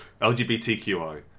LGBTQI